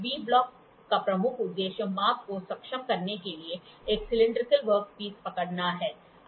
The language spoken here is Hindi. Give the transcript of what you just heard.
वी ब्लॉक का प्रमुख उद्देश्य माप को सक्षम करने के लिए एक सिलैंडरिकल वर्कपीस पकड़ना है